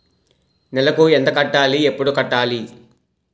నెలకు ఎంత కట్టాలి? ఎప్పుడు కట్టాలి?